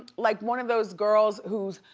like one of those girls who's,